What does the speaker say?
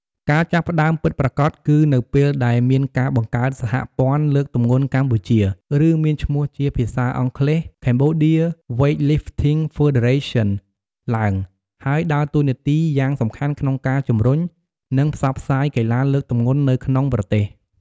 ការចាប់ផ្តើមពិតប្រាកដគឺនៅពេលដែលមានការបង្កើត សហព័ន្ធលើកទម្ងន់កម្ពុជា ឬមានឈ្មោះជាភាសាអង់គ្លេស Cambodia Weightlifting Federation ឡើង ហើយ ដើរតួនាទីយ៉ាងសំខាន់ក្នុងការជំរុញ និងផ្សព្វផ្សាយកីឡាលើកទម្ងន់នៅក្នុងប្រទេស។